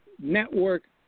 network